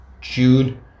June